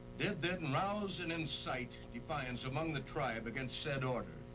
did then rouse and incite defiance among the tribe against said order.